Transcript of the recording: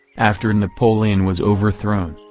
after napoleon was overthrown,